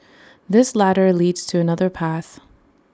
this ladder leads to another path